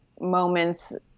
moments